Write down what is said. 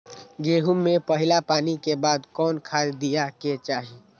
गेंहू में पहिला पानी के बाद कौन खाद दिया के चाही?